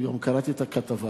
גם קראתי את הכתבה.